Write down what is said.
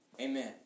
Amen